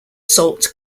salt